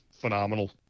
phenomenal